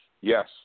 Yes